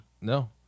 No